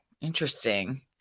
interesting